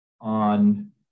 on